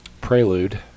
prelude